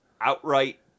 outright